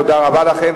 תודה רבה לכם.